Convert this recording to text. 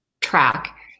track